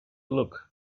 look